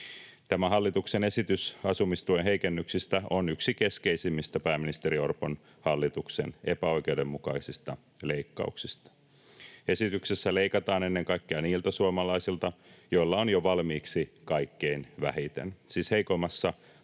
Tämä hallituksen esitys asumistuen heikennyksistä on yksi keskeisimmistä pääministeri Orpon hallituksen epäoikeudenmukaisista leikkauksista. Esityksessä leikataan ennen kaikkea niiltä suomalaisilta, joilla on jo valmiiksi kaikkein vähiten, siis heikoimmassa